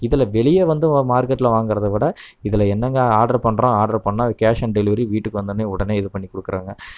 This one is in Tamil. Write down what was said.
இதில் வெளியே வந்து மார்கெட்ல வாங்கிறதவிட இதில் என்னங்க ஆர்டர் பண்ணுறோம் ஆர்டர் பண்ணால் கேஷ் ஆன் டெலிவரி வீட்டுக்கு வந்தவொடன்னே உடனே இது பண்ணிக் கொடுக்குறாங்க